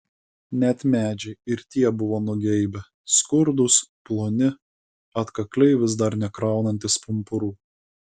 net medžiai ir tie buvo nugeibę skurdūs ploni atkakliai vis dar nekraunantys pumpurų